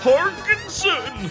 Parkinson